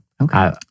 Okay